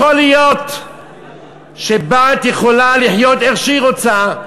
להיות שבת יכולה לחיות איך שהיא רוצה,